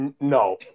No